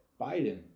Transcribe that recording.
Biden